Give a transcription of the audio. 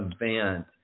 event